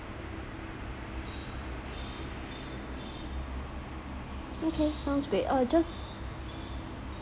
okay sounds great uh just